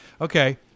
Okay